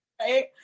right